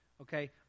Okay